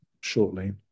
shortly